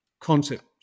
concept